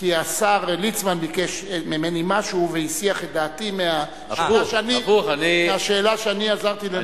כי השר ליצמן ביקש ממני משהו והסיח את דעתי מהשאלה שאני עזרתי לנסח.